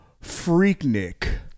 Freaknik